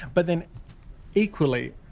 but then equally,